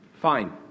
Fine